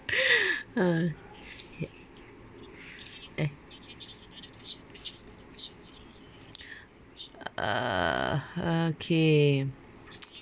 uh okay